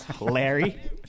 Larry